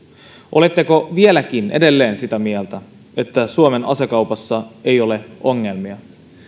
oletteko edelleen sitä mieltä että suomen asekaupassa ei ole ongelmia